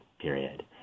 period